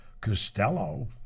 Costello